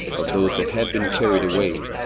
of those that had been carried away,